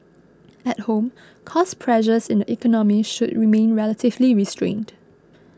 at home cost pressures in the economy should remain relatively restrained